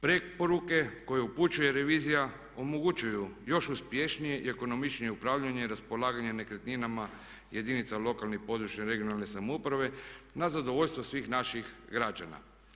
Preporuke koje upućuje revizija omogućuju još uspješnije i ekonomičnije upravljanje i raspolaganje nekretninama jedinica lokalne i područne (regionalne) samouprave na zadovoljstvo svih naših građana.